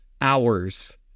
hours